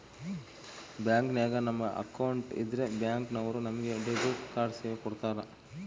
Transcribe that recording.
ಬ್ಯಾಂಕಿನಾಗ ನಮ್ಮ ಅಕೌಂಟ್ ಇದ್ರೆ ಬ್ಯಾಂಕ್ ನವರು ನಮಗೆ ಡೆಬಿಟ್ ಕಾರ್ಡ್ ಸೇವೆ ಕೊಡ್ತರ